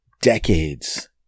decades